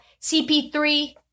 CP3